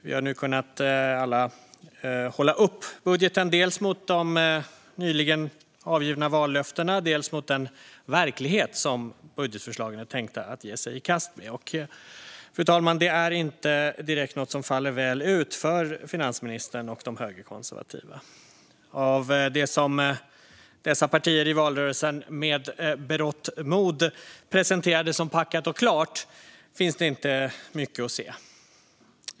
Vi har nu alla kunnat hålla upp budgeten mot dels de nyligen avgivna vallöftena, dels den verklighet som budgetförslagen är tänkta att ge sig i kast med, och detta faller inte väl ut för finansministern och de högerkonservativa. Av det som dessa partier i valrörelsen med berått mod presenterade som packat och klart finns inte mycket att se.